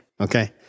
Okay